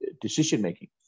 decision-making